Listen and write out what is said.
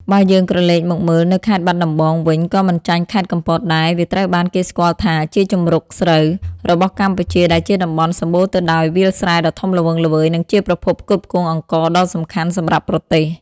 បើយើងក្រឡេកមកមើលនៅខេត្តបាត់ដំបងវិញក៏មិនចាញ់ខេត្តកំពតដែរ វាត្រូវបានគេស្គាល់ថាជា ជង្រុកស្រូវ របស់កម្ពុជាដែលជាតំបន់សម្បូរទៅដោយវាលស្រែដ៏ធំល្វឹងល្វើយ និងជាប្រភពផ្គត់ផ្គង់អង្ករដ៏សំខាន់សម្រាប់ប្រទេស ។